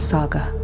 Saga